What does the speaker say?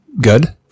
good